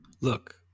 Look